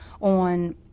on